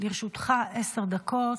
לרשותך עשר דקות,